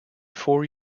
four